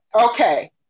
Okay